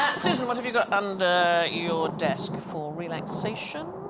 susan what have you got under your desk for relaxation